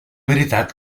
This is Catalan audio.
veritat